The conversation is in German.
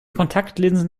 kontaktlinsen